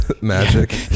magic